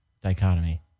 Dichotomy